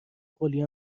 خلی